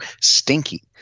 stinky